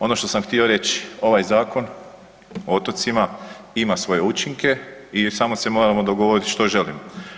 Ono što sam htio reći ovaj Zakon o otocima ima svoje učinke i samo se moramo dogovoriti što želimo.